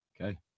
Okay